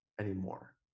anymore